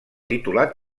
titulat